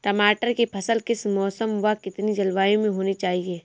टमाटर की फसल किस मौसम व कितनी जलवायु में होनी चाहिए?